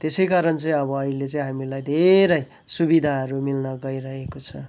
त्यसै कारण चाहिँ अब अहिले चाहिँ हामीलाई धेरै सुविधाहरू मिल्न गइरहेको छ